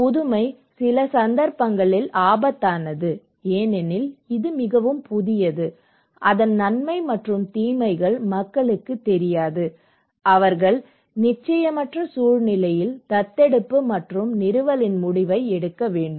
புதுமை சில சந்தர்ப்பங்களில் ஆபத்தானது ஏனெனில் இது புதியது அதன் நன்மை மற்றும் தீமைகள் மக்களுக்குத் தெரியாது அவர்கள் நிச்சயமற்ற சூழ்நிலையில் தத்தெடுப்பு மற்றும் நிறுவலின் முடிவை எடுக்க வேண்டும்